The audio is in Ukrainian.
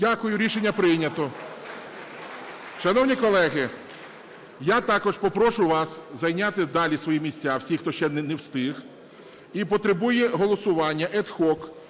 Дякую. Рішення прийнято. Шановні колеги, я також попрошу вас зайняти далі свої місця, всі, хто ще не встиг. І потребує голосування ad